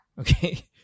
Okay